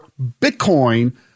Bitcoin